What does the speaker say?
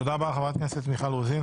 תודה רבה חברת הכנסת מיכל רוזין.